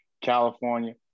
California